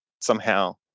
somehow-